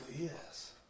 yes